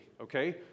okay